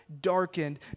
darkened